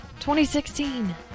2016